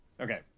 Okay